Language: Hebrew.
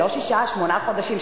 ולא שישה עד שמונה חודשים,